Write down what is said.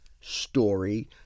story